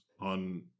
on